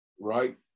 right